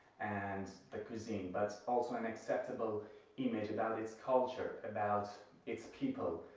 and the cuisine, but also an acceptable image about its culture, about its people.